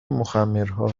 مخمرها